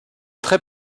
très